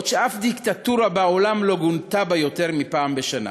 בעוד שאף דיקטטורה בעולם לא גונתה בה יותר מפעם בשנה,